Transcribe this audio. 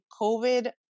COVID